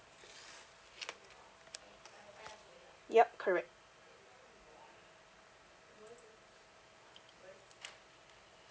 yup correct